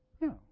No